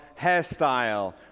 hairstyle